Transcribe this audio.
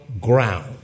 ground